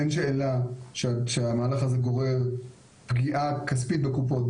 אין שאלה שהמהלך הזה גורר פגיעה כספית בקופות,